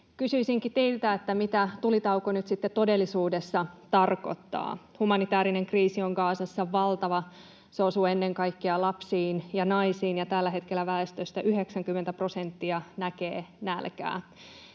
Kysyisinkin teiltä, mitä tulitauko nyt todellisuudessa tarkoittaa. Humanitäärinen kriisi on Gazassa valtava. Se osuu ennen kaikkea lapsiin ja naisiin, ja tällä hetkellä väestöstä 90 prosenttia näkee nälkää,